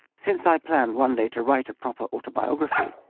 since i planned one day to write a proper autobiography,